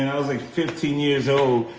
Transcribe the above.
and ah like, fifteen years old.